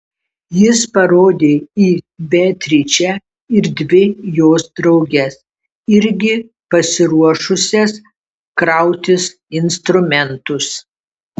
jis parodė į beatričę ir dvi jos drauges irgi pasiruošusias krautis instrumentus